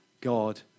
God